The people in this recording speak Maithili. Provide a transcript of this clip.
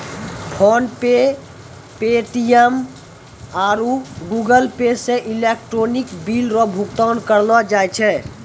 फोनपे पे.टी.एम आरु गूगलपे से इलेक्ट्रॉनिक बिल रो भुगतान करलो जाय छै